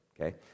Okay